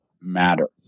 matter